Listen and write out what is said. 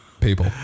People